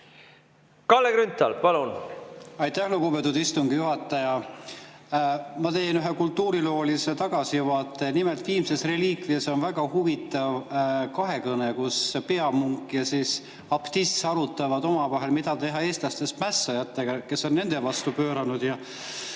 Kalle Grünthal, palun! Aitäh, lugupeetud istungi juhataja! Ma teen ühe kultuuriloolise tagasivaate. Nimelt, "Viimses reliikvias" on väga huvitav kahekõne, kus peamunk ja abtiss arutavad omavahel, mida teha eestlastest mässajatega, kes on nende vastu pööranud.